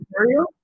Ontario